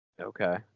okay